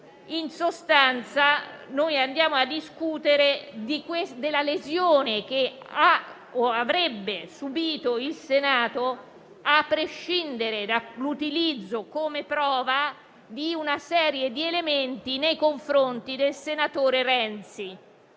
In sostanza, andiamo a discutere della lesione che ha o avrebbe subito il Senato, a prescindere dall'utilizzo come prova di una serie di elementi nei confronti del senatore Renzi.